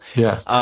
yes, ah